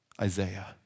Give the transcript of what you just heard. Isaiah